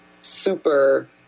super